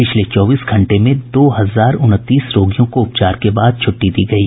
पिछले चौबीस घंटे में दो हजार उनतीस रोगियों को उपचार के बाद छुट्टी दी गयी